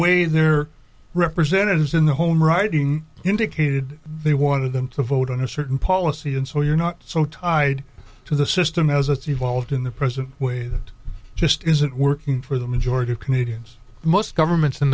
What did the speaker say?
way their representatives in the home writing indicated they wanted them to vote on a certain policy and so you're not so tied to the system as it's evolved in the present way that just isn't working for the majority of canadians most governments in